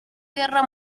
guerra